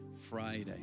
Friday